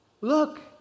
Look